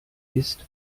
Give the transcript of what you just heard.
ist